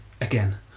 again